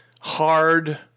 hard